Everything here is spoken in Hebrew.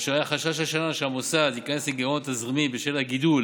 כאשר היה חשש השנה שהמוסד ייכנס לגירעון תזרימי בשל הגידול